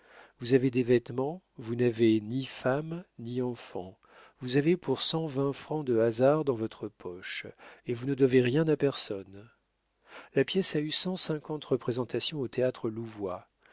vous avez des vêtements vous n'avez ni femme ni enfants vous avez pour cent vingt francs de hasard dans votre poche et vous ne devez rien à personne la pièce a eu cent cinquante représentations au théâtre